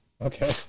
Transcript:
Okay